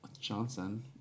Johnson